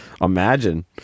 Imagine